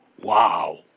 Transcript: wow